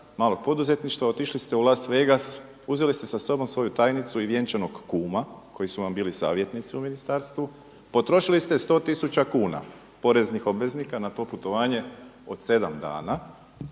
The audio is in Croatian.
malog poduzetništva. Otišli ste u Las Vegas, uzeli ste sa sobom svoju tajnicu i vjenčanog kuma koji su vam bili savjetnici u ministarstvu, potrošili ste 100 tisuća kuna poreznih obveznika na to putovanje od 7 dana